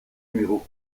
numéro